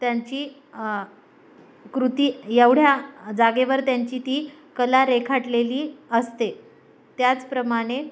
त्यांची कृती एवढ्या जागेवर त्यांची ती कला रेखाटलेली असते त्याचप्रमाणे